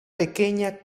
pequeña